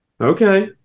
Okay